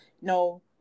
no